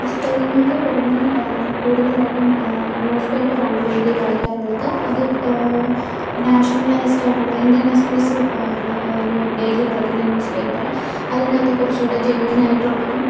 പുസ്തകങ്ങൾക്ക് പുറമേ കൂടുതലായിട്ടും ന്യൂസ് പേപ്പർ ആണ് ഡെയിലി വായിക്കാറുള്ളത് അത് നാഷണലൈസ്ഡ് ആയിട്ടുള്ള ഇന്ത്യൻ എക്സ്പ്രസ്സ് ആണ് ഡെയിലി വായിക്കുന്ന ന്യൂസ് പേപ്പർ അതിനകത്ത് കുറച്ചുകൂടെ ജെന്യൂയിൻ ആയിട്ടുള്ളതും